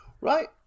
Right